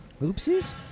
Oopsies